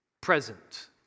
present